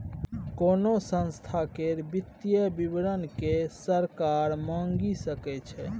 कोनो संस्था केर वित्तीय विवरण केँ सरकार मांगि सकै छै